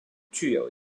具有